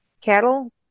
Cattle